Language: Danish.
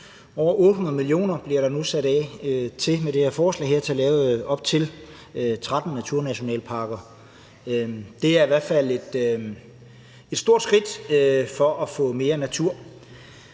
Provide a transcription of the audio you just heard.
Over 800 mio. kr. bliver der nu med det her forslag sat af til at lave op til 13 naturnationalparker. Det er i hvert fald et stort skridt for at få mere natur.